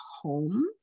home